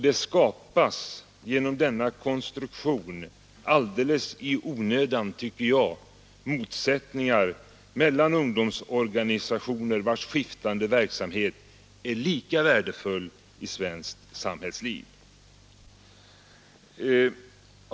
Det skapas genom denna konstruktion alldeles i onödan, tycker jag, motsättningar mellan ungdomsorganisationer, vilkas skiftande verksamheter är lika värdefulla i svenskt samhällsliv.